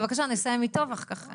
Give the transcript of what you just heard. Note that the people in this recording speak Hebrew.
בבקשה, נסיים איתו ואחר כך.